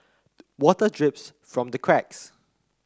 water drips from the cracks